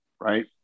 right